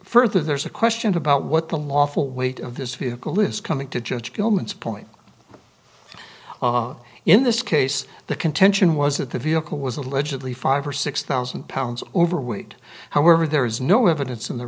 further there's a question about what the lawful weight of this vehicle is coming to judge tillman's point in this case the contention was that the vehicle was allegedly five or six thousand pounds overweight however there is no evidence in the